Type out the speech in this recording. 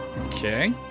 Okay